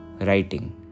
writing